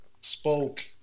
spoke